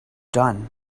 done